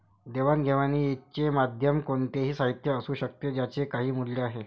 देवाणघेवाणीचे माध्यम हे कोणतेही साहित्य असू शकते ज्याचे काही मूल्य आहे